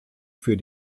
für